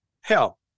Hell